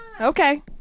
Okay